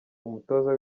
umutoza